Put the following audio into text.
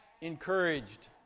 encouraged